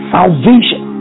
Salvation